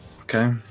Okay